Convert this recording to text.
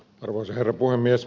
arvoisa herra puhemies